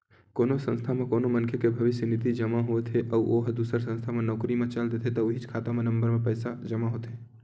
कोनो संस्था म कोनो मनखे के भविस्य निधि जमा होत हे अउ ओ ह दूसर संस्था म नउकरी म चल देथे त उहींच खाता नंबर म पइसा जमा होथे